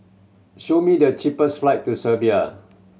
show me the cheapest flight to Serbia